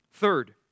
Third